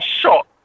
shot